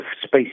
space